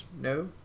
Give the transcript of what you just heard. No